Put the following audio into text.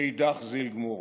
ואידך זיל גמור.